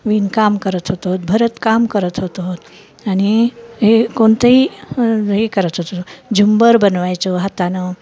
विणकाम करत होतो भरतकाम करत होतो आणि हे कोणतंही हे करत होतो झुंबर बनवायचो हातानं